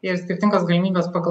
ir skirtingos galimybės pagal